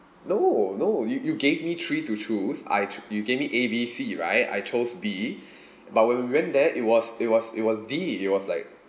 no no you you gave me three to choose I you gave me A B C right I chose B but when we went there it was it was it was D it was like